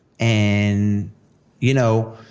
and you know,